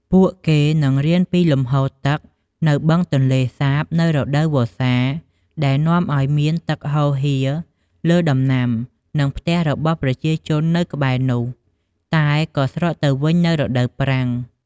ពួកគេនឹងរៀនពីលំហូរទឹកនៅបឹងទន្លេសាបនៅរដូវវស្សា ដែលនាំឱ្យមានទឹកហូរហៀរលើដំណាំ និងផ្ទះរបស់ប្រជាជននៅក្បែរនោះ តែក៏ស្រកទៅវិញនៅរដូវប្រាំង។